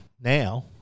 now